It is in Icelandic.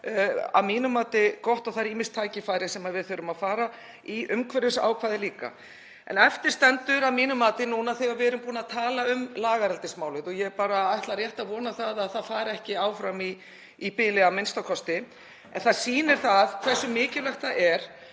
að mínu mati gott og það eru ýmis tækifæri sem við þurfum að skoða, umhverfisákvæði líka. Eftir stendur að mínu mati, núna þegar við erum búin að tala um lagareldismálið, og ég ætla bara rétt að vona að það fari ekki áfram í bili a.m.k., að það sýnir hversu mikilvægt það er